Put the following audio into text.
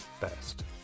best